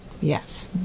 Yes